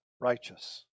righteous